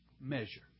measure